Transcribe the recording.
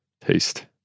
taste